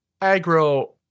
Agro